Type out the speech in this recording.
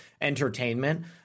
entertainment